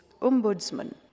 Ombudsman